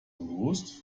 roast